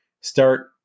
start